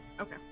okay